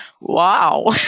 wow